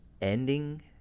ending